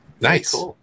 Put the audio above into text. Nice